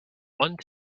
one